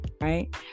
right